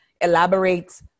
elaborate